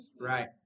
right